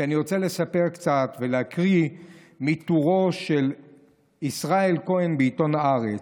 כי אני רוצה לספר קצת ולהקריא מטורו של ישראל כהן בעיתון הארץ,